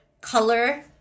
color